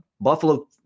Buffalo